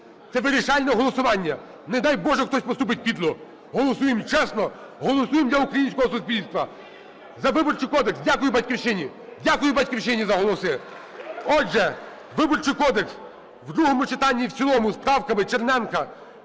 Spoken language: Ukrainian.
Це вирішальне голосування. Не дай Боже, хтось поступить підло! Голосуємо чесно! Голосуємо для українського суспільства! За Виборчий кодекс! Дякую "Батьківщині"! Дякую "Батьківщині" за голоси! Отже, Виборчий кодекс в другому читанні і в цілому з правками Черненка